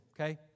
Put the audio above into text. okay